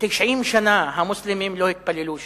90 שנה המוסלמים לא התפללו שם.